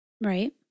Right